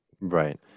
right